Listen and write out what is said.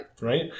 right